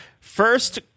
first